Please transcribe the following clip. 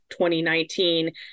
2019